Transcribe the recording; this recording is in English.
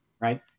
right